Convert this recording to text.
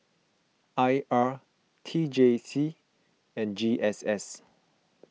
I R T J C and G S S